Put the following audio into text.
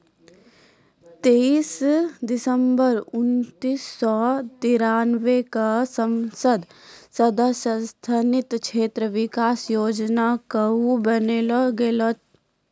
तेइस दिसम्बर उन्नीस सौ तिरानवे क संसद सदस्य स्थानीय क्षेत्र विकास योजना कअ बनैलो गेलैय